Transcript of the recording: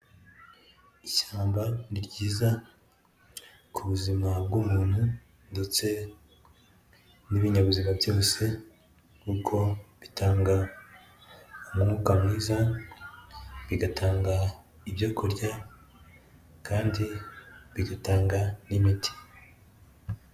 Ishyamba ni ryiza ku buzima bw'umuntu ndetse n'ibinyabuzima byose kuko bitanga umwuka mwiza, bigatanga ibyo kurya kandi bigatanga n'imiti.